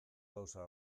gauza